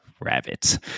rabbits